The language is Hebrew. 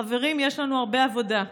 חברים, יש לנו הרבה עבודה.